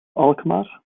alkmaar